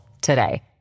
today